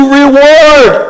reward